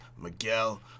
Miguel